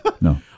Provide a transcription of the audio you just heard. No